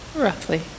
roughly